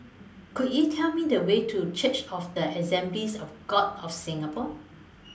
Could YOU Tell Me The Way to Church of The Assemblies of God of Singapore